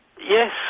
Yes